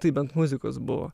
tai bent muzikos buvo